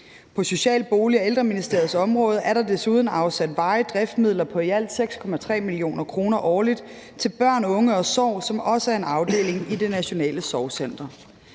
På Social-, Bolig- og Ældreministeriets område er der desuden afsat varige driftsmidler på i alt 6,3 mio. kr. årligt til Børn, Unge & Sorg, som også er en afdeling i Det Nationale Sorgcenter.